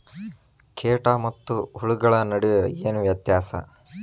ಕೇಟ ಮತ್ತು ಹುಳುಗಳ ನಡುವೆ ಏನ್ ವ್ಯತ್ಯಾಸ?